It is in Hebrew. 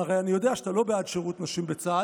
הרי אני יודע שאתה לא בעד שירות נשים בצה"ל.